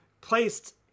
placed